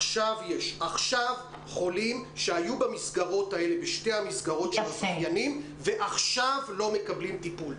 יש עכשיו שהיו בשתי המסגרות האלה של הזכיינים ועכשיו לא מקבלים טיפול?